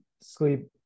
sleep